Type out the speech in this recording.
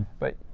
but you